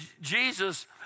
Jesus